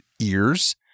ears